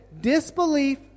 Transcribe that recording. Disbelief